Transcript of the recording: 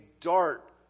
dart